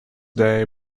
day